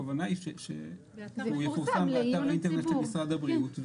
הכוונה היא שהוא יפורסם באתר האינטרנט של משרד הבריאות,